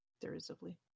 derisively